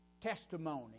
testimony